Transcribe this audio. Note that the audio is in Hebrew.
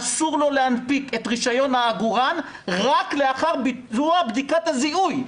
אסור לו להנפיק את רישיון העגורן אלא רק לאחר ביצוע בדיקת הזיהוי.